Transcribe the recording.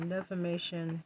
Defamation